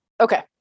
Okay